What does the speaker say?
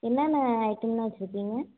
என்னென்ன ஐட்டமெலாம் வச்சுருக்கீங்க